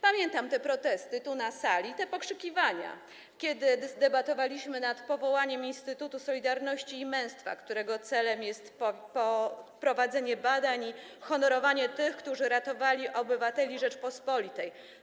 Pamiętam protesty tu na sali, te pokrzykiwania, kiedy debatowaliśmy nad powołaniem Instytutu Solidarności i Męstwa, którego celem jest prowadzenie badań i honorowanie tych, którzy ratowali obywateli Rzeczypospolitej.